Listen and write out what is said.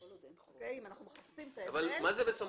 אם אנחנו מחפשים את ההבדל --- מה זה בסמכות?